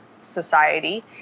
society